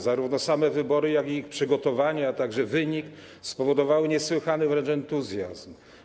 Zarówno same wybory, jak i ich przygotowanie, a także wynik spowodowały niesłychany wręcz entuzjazm.